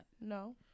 no